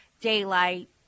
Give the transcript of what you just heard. daylight